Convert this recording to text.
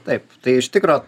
taip tai iš tikro